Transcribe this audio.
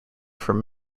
from